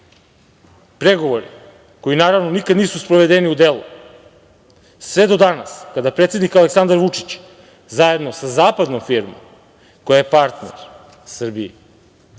pregovori koji naravno nikad nisu sprovedeni u delo sve do danas kada predsednik Aleksandar Vučić zajedno sa zapadnom firmom koja je partner Srbiji